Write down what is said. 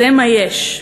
זה מה יש.